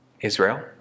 Israel